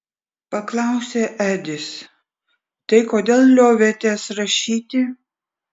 paklausė edis tai kodėl liovėtės rašyti